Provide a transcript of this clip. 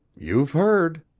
you've heard.